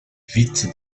vite